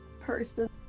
person